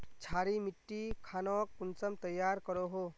क्षारी मिट्टी खानोक कुंसम तैयार करोहो?